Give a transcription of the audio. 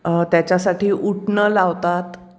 त्याच्यासाठी उटणं लावतात